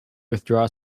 withdraw